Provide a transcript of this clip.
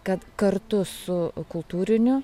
kad kartu su kultūriniu